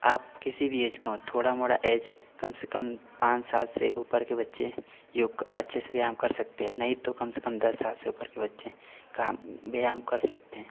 आप किसी भी एज का हों थोड़ा मोड़ा एज कम से कम पाँच साल से ऊपर के बच्चे योक अच्छे से व्यायाम कर सकते हैं नहीं तो कम से कम दस साल से ऊपर के बच्चे काम व्यायाम कर सकते हैं